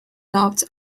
doubts